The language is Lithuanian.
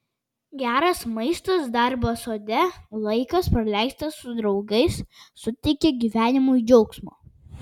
geras maistas darbas sode laikas praleistas su draugais suteikia gyvenimui džiaugsmo